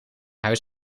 huis